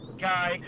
guy